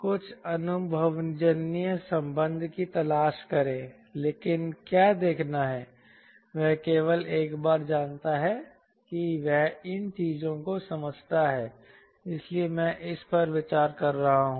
कुछ अनुभवजन्य संबंध की तलाश करें लेकिन क्या देखना है वह केवल एक बार जानता है कि वह इन चीजों को समझता है इसीलिए मैं इस पर विचार कर रहा हूं